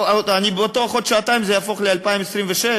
בתוך עוד שעתיים זה יהפוך ל-2026.